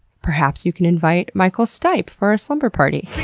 perhaps you can invite michael stipe for a slumber party.